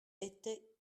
était